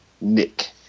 Nick